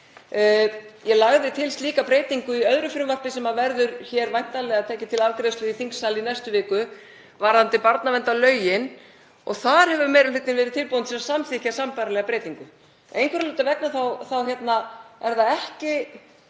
Ég lagði til slíka breytingu í öðru frumvarpi sem verður væntanlega tekið til afgreiðslu í þingsal í næstu viku varðandi barnaverndarlögin, og þar hefur meiri hlutinn verið tilbúinn til að samþykkja sambærilegar breytingu. En einhverra hluta vegna náðist það ekki